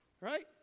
right